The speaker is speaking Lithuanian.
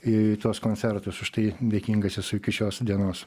į tuos koncertus už tai dėkingas esu iki šios dienos